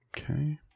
Okay